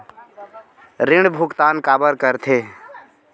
ऋण भुक्तान काबर कर थे?